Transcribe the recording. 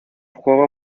juego